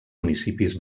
municipis